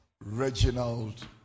Reginald